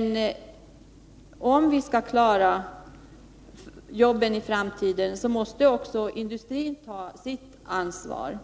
Men om vi skall klara jobben i framtiden måste också industrin ta sitt ansvar.